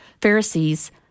pharisees